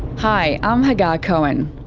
hi, i'm hagar cohen.